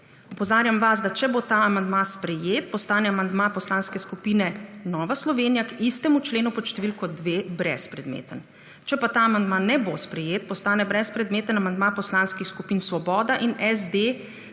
Opozarjam vas, da če bo ta amandma sprejet, postane amandma Poslanske skupine nova Slovenija k istemu členu pod številko 2 brezpredmeten. Če pa ta amandma ne bo sprejet, postane brezpredmeten amandma poslanskih skupin Svoboda in SD